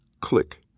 click